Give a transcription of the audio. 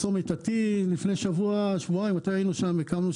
בצומת ה-T הקמנו לפני שבועיים אתר,